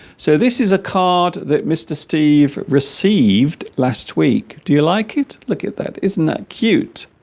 so this is a card that mr. steve received last week do you like it look at that isn't that cute